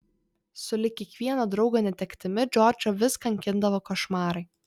sulig kiekvieno draugo netektimi džordžą vis kankindavo košmarai